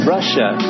Russia